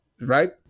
right